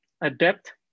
adapt